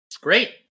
Great